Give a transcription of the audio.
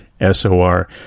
S-O-R